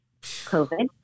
COVID